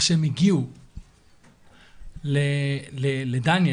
איך שהם הגיעו לדניאל,